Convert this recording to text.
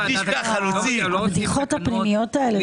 הבדיחות הפנימיות האלה.